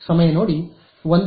ಸಮಯ ನೋಡಿ 0100